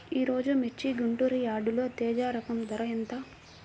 ఈరోజు మిర్చి గుంటూరు యార్డులో తేజ రకం ధర ఎంత?